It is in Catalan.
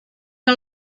que